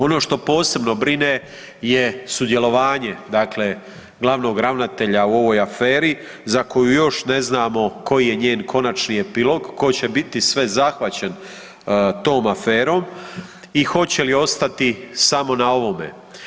Ono što posebno brine je sudjelovanje dakle glavnog ravnatelja u ovoj aferi za koju još ne znamo koji je njen konačni epilog, tko će biti sve zahvaćen tom aferom i hoće li ostati samo na ovome.